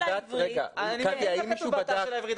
אני יודע מה כתוב באתר של האוניברסיטה העברית,